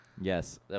Yes